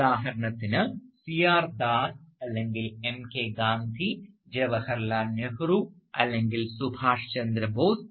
ഉദാഹരണത്തിന് C R Das അല്ലെങ്കിൽ M K Gandhi Jawaharlal Nehru അല്ലെങ്കിൽ സുഭാഷ് ചന്ദ്രബോസ്